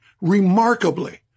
remarkably